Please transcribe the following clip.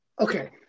Okay